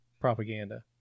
propaganda